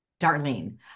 Darlene